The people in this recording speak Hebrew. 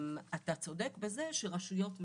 אתה צודק לגבי רשויות מקומיות,